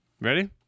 Ready